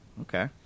Okay